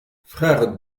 frère